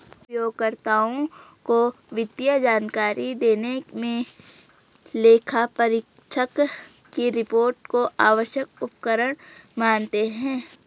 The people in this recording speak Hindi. उपयोगकर्ताओं को वित्तीय जानकारी देने मे लेखापरीक्षक की रिपोर्ट को आवश्यक उपकरण मानते हैं